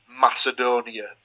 Macedonia